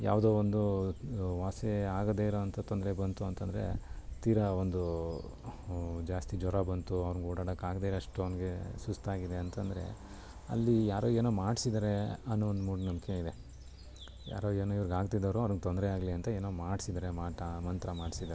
ಯಾವುದೋ ಒಂದು ವಾಸಿ ಆಗದೆ ಇರುವಂಥ ತೊಂದರೆ ಬಂತು ಅಂತ ಅಂದ್ರೆ ತೀರಾ ಒಂದು ಜಾಸ್ತಿ ಜ್ವರ ಬಂತು ಅವ್ನಿಗೆ ಓಡಾಡೋಕೆ ಆಗದೇ ಇರೋ ಅಷ್ಟು ಅವನಿಗೆ ಸುಸ್ತು ಆಗಿದೆ ಅಂತ ಅಂದ್ರೆ ಅಲ್ಲಿ ಯಾರೋ ಏನೋ ಮಾಡ್ಸಿದ್ದಾರೆ ಅನ್ನೋ ಒಂದು ಮೂಢನಂಬ್ಕೆ ಇದೆ ಯಾರೋ ಏನೋ ಇವ್ರ್ಗೆ ಆಗದೇ ಇರೋರು ಅವ್ನಿಗೆ ತೊಂದರೆ ಆಗಲಿ ಅಂತ ಏನೋ ಮಾಡ್ಸಿದ್ದಾರೆ ಮಾಟ ಮಂತ್ರ ಮಾಡ್ಸಿದ್ದಾರೆ